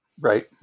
Right